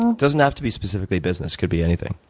and doesn't have to be specifically business, could be anything.